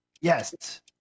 Yes